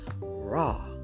Raw